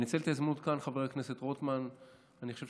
אני אנצל את ההזדמנות כאן,